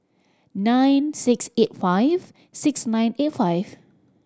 nine six eight five six nine eight five